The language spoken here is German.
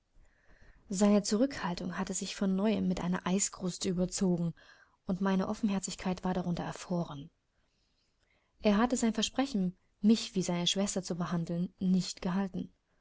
seine zurückhaltung hatte sich von neuem mit einer eiskruste überzogen und meine offenherzigkeit war darunter erfroren er hatte sein versprechen mich wie seine schwestern zu behandeln nicht gehalten